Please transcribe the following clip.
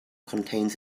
contains